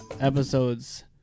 episodes